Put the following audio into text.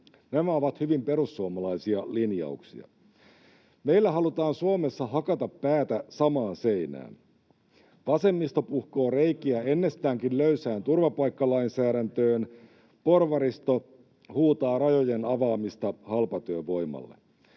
Nämä ovat hyvin perussuomalaisia linjauksia. Meillä halutaan Suomessa hakata päätä samaan seinään. Vasemmisto puhkoo reikiä ennestäänkin löysään turvapaikkalainsäädäntöön, porvaristo huutaa rajojen avaamista halpatyövoimalle.